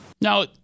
now